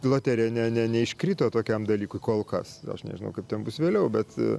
loterija ne ne neiškrito tokiam dalykui kol kas aš nežinau kaip ten bus vėliau bet